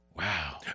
Wow